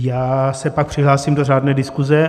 Já se pak přihlásím do řádné diskuze.